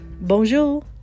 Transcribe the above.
Bonjour